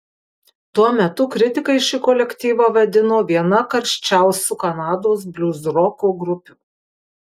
tuo metu kritikai šį kolektyvą vadino viena karščiausių kanados bliuzroko grupių